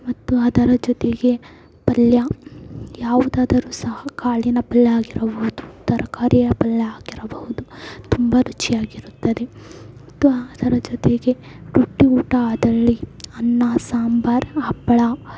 ಮತ್ತು ಅದರ ಜೊತೆಗೆ ಪಲ್ಯ ಯಾವುದಾದರೂ ಸಹ ಕಾಳಿನ ಪಲ್ಯ ಆಗಿರಬಹುದು ತರಕಾರಿಯ ಪಲ್ಯ ಆಗಿರಬಹುದು ತುಂಬ ರುಚಿಯಾಗಿರುತ್ತದೆ ಮತ್ತು ಅದರ ಜೊತೆಗೆ ರೊಟ್ಟಿ ಊಟ ಆದಲ್ಲಿ ಅನ್ನ ಸಾಂಬಾರು ಹಪ್ಪಳ